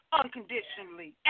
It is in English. unconditionally